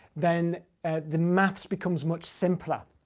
then the maths becomes much simpler.